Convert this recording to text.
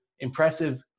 Impressive